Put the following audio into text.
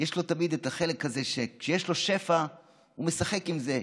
יש לו תמיד את החלק הזה שכשיש לו שפע הוא משחק עם זה.